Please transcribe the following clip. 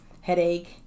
headache